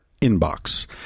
inbox